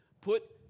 put